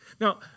Now